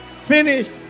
Finished